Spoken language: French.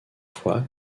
fois